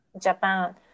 Japan